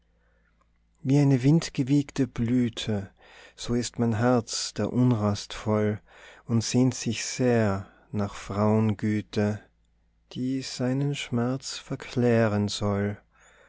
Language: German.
wie eine windgewiegte blüte so ist mein herz der unrast voll und sehnt sich sehr nach frauengüte die seinen schmerz verklären soll